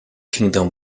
kingdom